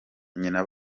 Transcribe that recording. nyina